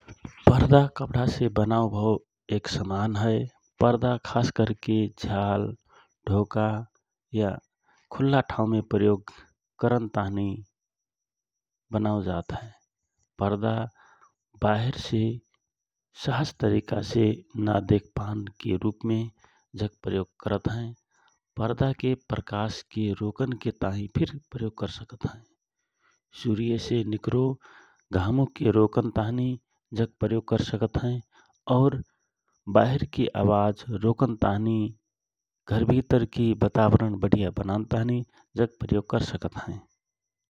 पर्दा कपडासे बना औ भव समान हए । पर्दा खास करके झ्याल, ढोका या खुल्ला ठाउँमे प्रयोग करन ताँहि बनाव जात हए । पर्दा बाहेर से सहज तरिका से न देखपान के रूपमे जक प्रयोग करत हए । पर्दाके प्रकाश के रोकन के ताँहि फिर प्रयोग कर सकत हए । सुर्यसे निकरो घामुके रोकन ताँहि जक प्रयोग करसकत हए । और बाहेरकी अवाज रोकन ताँहि घरभितर कि वातावरण वढिया बनान ताँहि जक प्रयोग करसकत हए ।